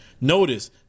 Notice